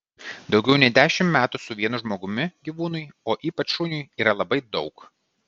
daugiau nei dešimt metų su vienu žmogumi gyvūnui o ypač šuniui yra labai daug